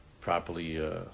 properly